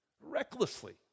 recklessly